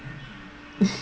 she attempts that